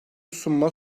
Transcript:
sunma